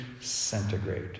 centigrade